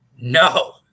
no